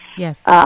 Yes